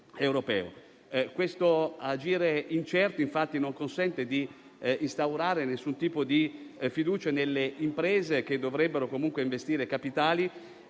Questo agire incerto non consente di instaurare alcun tipo di fiducia nelle imprese che dovrebbero comunque investire capitali